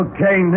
Okay